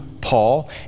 Paul